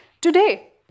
Today